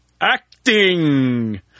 acting